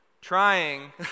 trying